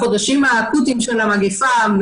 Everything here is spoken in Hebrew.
בחודשים האקוטיים של המגפה,